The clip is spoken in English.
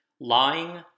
Lying